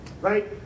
Right